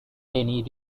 danny